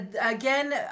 again